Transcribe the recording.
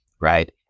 right